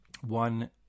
one